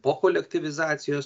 po kolektyvizacijos